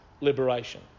liberation